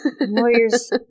lawyers